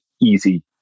easy